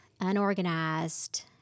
unorganized